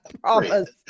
promise